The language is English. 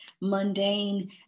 mundane